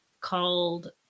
called